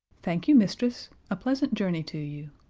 thank you, mistress a pleasant journey to you.